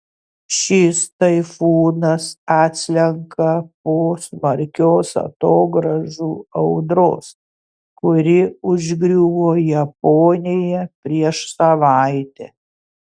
šis taifūnas atslenka po smarkios atogrąžų audros kuri užgriuvo japoniją prieš savaitę